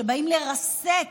שבאים לרסק